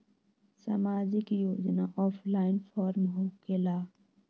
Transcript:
समाजिक योजना offline form होकेला?